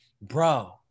bro